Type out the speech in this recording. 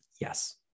yes